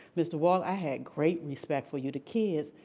mr. walts, i had great respect for you, the kids,